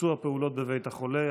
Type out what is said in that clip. (ביצוע פעולות בבית החולה),